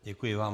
Děkuji vám.